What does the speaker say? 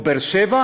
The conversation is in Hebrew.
או באר שבע,